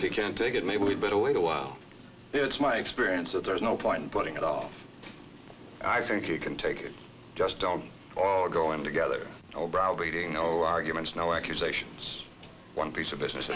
if you can take it maybe we'd better wait a while it's my experience that there's no point in putting it all i think you can take it just all go in together or browbeating no arguments no accusations one piece of business